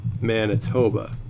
Manitoba